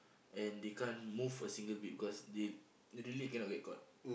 and they can't move a single bit because they they really cannot get caught